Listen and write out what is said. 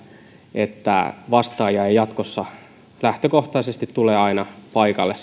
että vastaaja ei jatkossa lähtökohtaisesti tule aina paikalle